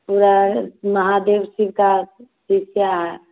पूरा महादेव शिव का शिष्या है